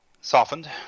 Softened